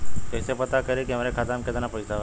कइसे पता करि कि हमरे खाता मे कितना पैसा बा?